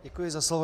Děkuji za slovo.